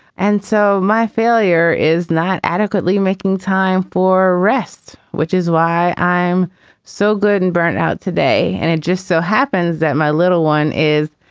and so my failure is not adequately making time for rest, which is why i'm so good and burnt out today and it just so happens that my little one is,